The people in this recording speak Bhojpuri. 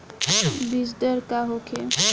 बीजदर का होखे?